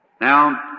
Now